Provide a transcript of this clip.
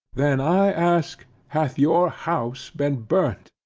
then i ask, hath your house been burnt?